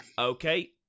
Okay